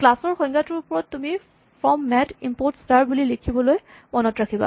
class ৰ সংজ্ঞাটোৰ ওপৰত তুমি ফ্ৰম মেথ ইমপৰ্ট স্টাৰ বুলি লিখিবলৈ মনত ৰাখিবা